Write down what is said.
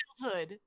childhood